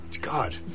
God